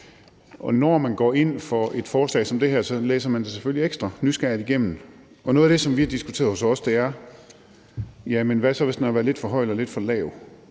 Når man går ind for et forslag som det her, læser man det selvfølgelig ekstra nysgerrigt igennem, og noget af det, som vi har diskuteret hos os, er: Hvad hvis ydelsen har været lidt for høj eller lidt for lav?